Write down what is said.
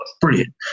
brilliant